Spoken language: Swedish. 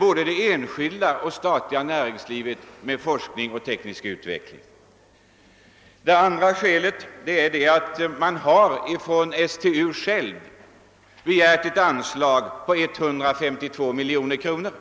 både det enskilda och det statliga näringslivet. Det andra är att STU själv har begärt ett anslag på 132 miljoner kronor.